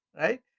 right